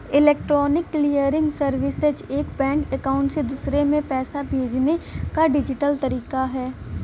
electronic clearing services एक bank account से दूसरे में पैसे भेजने का डिजिटल तरीका है